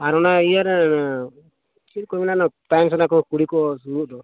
ᱟᱨ ᱚᱱᱮ ᱤᱭᱟᱹ ᱨᱮ ᱪᱮᱫ ᱠᱚ ᱢᱮᱱᱟ ᱛᱟᱭᱚᱢ ᱥᱮᱫ ᱠᱩᱲᱤ ᱠᱚ ᱥᱩᱫᱩᱜ ᱫᱚ